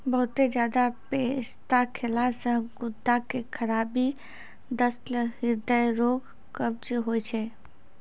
बहुते ज्यादा पिस्ता खैला से गुर्दा के खराबी, दस्त, हृदय रोग, कब्ज होय छै